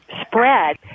spread